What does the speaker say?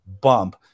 bump